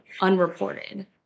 unreported